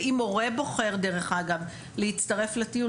ואם מורה בוחר דרך אגב להצטרף לטיול,